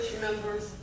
members